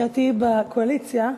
כשתהיי בקואליציה,